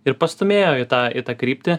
ir pastūmėjo į tą į tą kryptį